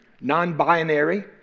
non-binary